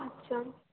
আচ্ছা